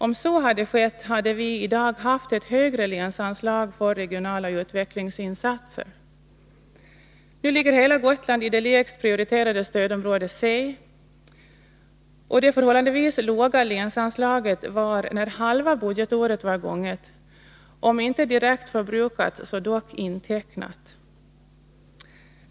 Om så hade skett, hade vi i dag haft ett högre länsanslag för regionala utvecklingsinsatser. Nu ligger hela Gotland i det lägst prioriterade stödområde C, och det förhållandevis låga länsanslaget var, när halva budgetåret var gånget, om inte förbrukat så i varje fall intecknat.